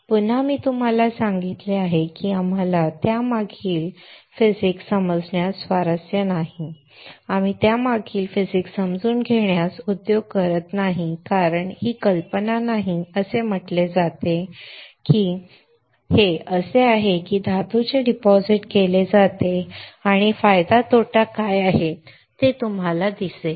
पुन्हा मी तुम्हाला सांगितले की आम्हाला त्यामागील भौतिकशास्त्र समजण्यात स्वारस्य नाही आम्ही त्यामागील भौतिकशास्त्र समजून घेण्यास उद्योग करत नाही कारण ही कल्पना नाही असे म्हटले जाते की हे असे आहे की ते धातूचे डिपॉझिट केले जाते आणि फायदा तोटा काय आहे ते तुम्हाला दिसेल